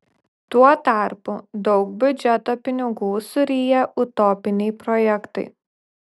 tuo tarpu daug biudžeto pinigų suryja utopiniai projektai